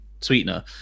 sweetener